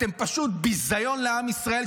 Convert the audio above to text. פשוט ביזיון לעם ישראל,